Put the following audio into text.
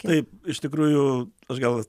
taip iš tikrųjų aš gal